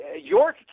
York